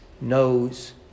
knows